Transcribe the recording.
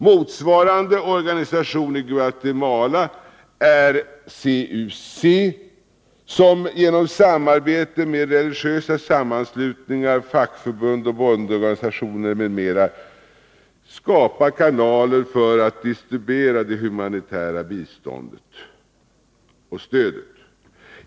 Motsvarande organisation i Guatemala är CUC, som genom samarbete med religiösa sammanslutningar, fackförbund, bondeorganisationer m.m. skapar kanaler för att distribuera det humanitära stödet.